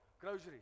groceries